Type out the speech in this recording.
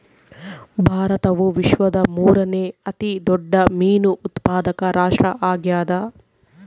ಭಾರತವು ವಿಶ್ವದ ಮೂರನೇ ಅತಿ ದೊಡ್ಡ ಮೇನು ಉತ್ಪಾದಕ ರಾಷ್ಟ್ರ ಆಗ್ಯದ